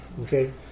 Okay